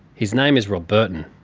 his name is rob burton,